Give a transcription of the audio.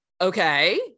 okay